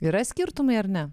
yra skirtumai ar ne